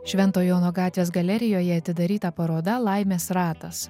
švento jono gatvės galerijoje atidaryta paroda laimės ratas